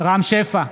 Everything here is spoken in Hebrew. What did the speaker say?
רם שפע,